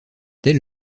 dès